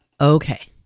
Okay